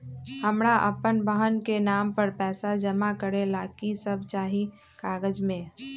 हमरा अपन बहन के नाम पर पैसा जमा करे ला कि सब चाहि कागज मे?